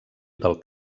del